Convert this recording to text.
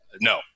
no